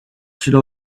should